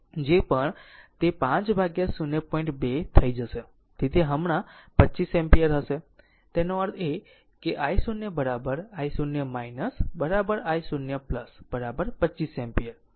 તેથી તે હમણાં 25 એમ્પીયર હશે તેનો અર્થ i0 i0 i0 25 એમ્પીયર